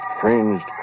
fringed